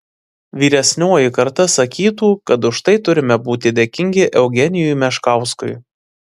vyresnioji karta sakytų kad už tai turime būti dėkingi eugenijui meškauskui